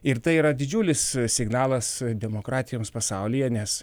ir tai yra didžiulis signalas demokratijoms pasaulyje nes